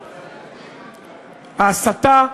ההסתה,